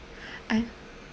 I